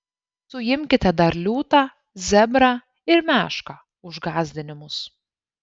suimkite dar liūtą zebrą ir mešką už gąsdinimus